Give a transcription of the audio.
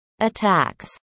attacks